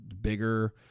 bigger